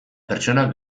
pertsonak